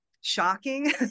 shocking